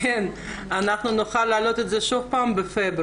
אנחנו נוכל להעלות את זה שוב בפברואר.